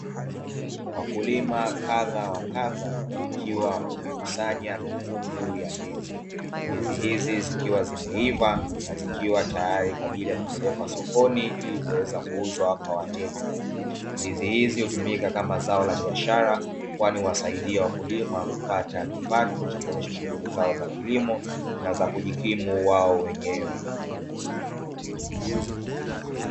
Wakulima kadha wa kadha, wakiwa wamekusanya mikungu ya ndizi. Ndizi hizi zikiwa zimeiva na zikiwa tayari kwa ajili ya kupelekwa sokoni ili kuweza kuuzwa kwa wateja. Ndizi hizi hutumika kama zao la biashara, kwani huwasaidia wakulima kupata kipato cha kuendesha shughuli zao za kilimo na za kujikimu wao wenyewe.